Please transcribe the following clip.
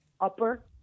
upper